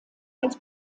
als